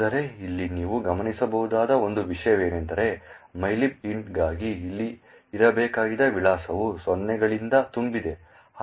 ಆದರೆ ಇಲ್ಲಿ ನೀವು ಗಮನಿಸಬಹುದಾದ ಒಂದು ವಿಷಯವೆಂದರೆ mylib int ಗಾಗಿ ಇಲ್ಲಿ ಇರಬೇಕಾಗಿದ್ದ ವಿಳಾಸವು ಸೊನ್ನೆಗಳಿಂದ ತುಂಬಿದೆ